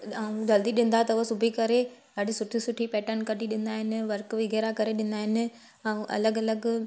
ऐं जल्दी ॾींदा अथव सिबी करे ॾाढी सुठी सुठी पैटन कढी ॾींदा आहिनि वर्क वग़ैरह करे ॾींदा आहिनि ऐं अलॻि अलॻि